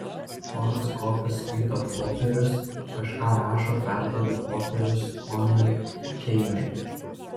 ponas kofis skaito popierius kažką rašo perduoda popierius ponui keiniui